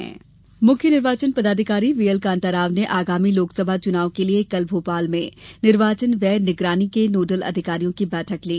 चुनाव निगरानी बैठक मुख्य निर्वाचन पदाधिकारी व्हीएल कान्ता राव ने आगामी लोकसभा चुनाव के लिये कल भोपाल में निर्वाचन व्यय निगरानी के नोडल अधिकारियों की बैठक ली